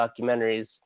documentaries